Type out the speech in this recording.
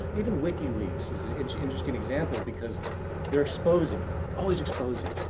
even wikileaks is an interesting example because they're exposing always exposing.